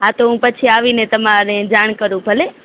હા તો હું પછી આવીને તમારે જાણ કરું ભલે